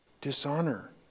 dishonor